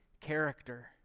character